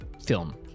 film